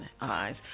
eyes